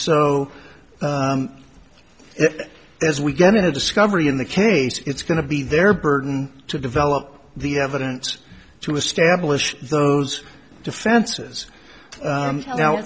so as we get into discovery in the case it's going to be their burden to develop the evidence to establish those defenses now now